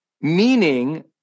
Meaning